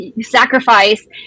sacrifice